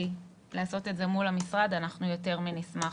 לעשות את זה מול המשרד אנחנו יותר מנשמח.